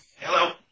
Hello